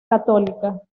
católica